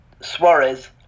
Suarez